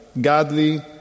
godly